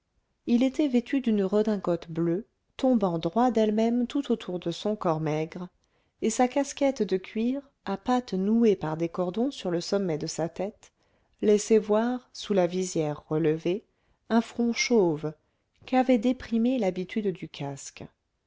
il était vêtu d'une redingote bleue tombant droit d'elle-même tout autour de son corps maigre et sa casquette de cuir à pattes nouées par des cordons sur le sommet de sa tête laissait voir sous la visière relevée un front chauve qu'avait déprimé l'habitude du casque